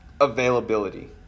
availability